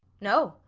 no.